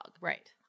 Right